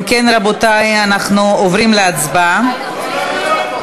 אם כן, רבותי, אנחנו עוברים להצבעה, לא, לא.